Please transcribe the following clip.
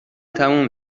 تموم